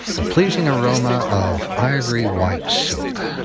ah pleasing aroma of ivory white soap.